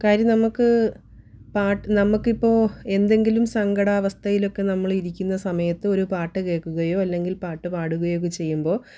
കാര്യം നമുക്ക് പാട്ട് നമുക്കിപ്പോൾ എന്തെങ്കിലും സങ്കടാവസ്ഥയിലൊക്കെ നമ്മൾ ഇരിക്കുന്ന സമയത്ത് ഒരു പാട്ട് കേൾക്കുകയോ അല്ലെങ്കിൽ പാട്ട് പാടുകയൊക്കെ ചെയ്യുമ്പോൾ